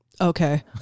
Okay